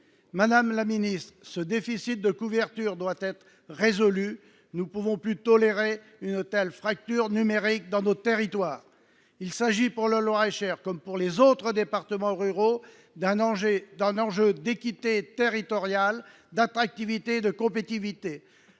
d’aide à la personne. Ce déficit de couverture doit être résolu. Nous ne pouvons plus tolérer une telle fracture numérique dans nos territoires. Il s’agit pour le Loir et Cher, comme pour les autres départements ruraux, d’un enjeu d’équité territoriale, d’attractivité et de compétitivité.